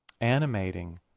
animating